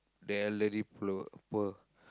the elderly po~ poor